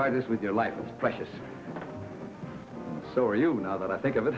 this with your life is precious so are you now that i think of it